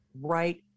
right